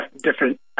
different